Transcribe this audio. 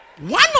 one